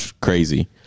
crazy